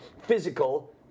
physical